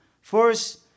First